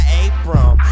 apron